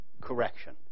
correction